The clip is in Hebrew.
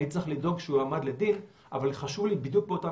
אני צריך לבדוק שהוא יועמד לדין אבל חשוב לי בדיוק באותה